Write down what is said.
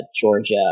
Georgia